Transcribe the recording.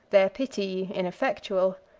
their pity ineffectual,